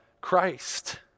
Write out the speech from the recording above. Christ